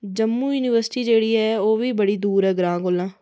Jammu university जेह्ड़ी ऐ ओह् ओह् बी बडी दूर ऐ ग्रां कोला